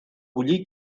bullir